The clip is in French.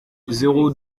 zéro